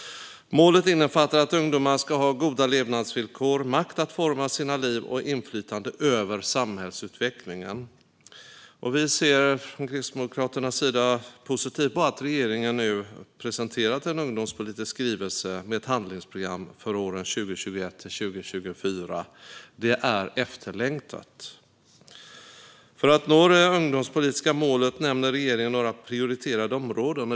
Målet innefattar att ungdomar ska ha goda levnadsvillkor, makt att forma sina liv och inflytande över samhällsutvecklingen. Vi ser från Kristdemokraternas sida positivt på att regeringen nu presenterat en ungdomspolitisk skrivelse med ett handlingsprogram för åren 2021-2024. Det är efterlängtat. För att nå det ungdomspolitiska målet nämner regeringen några prioriterade områden.